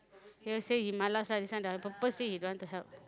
he will say he ma lah this one purposely he don't want help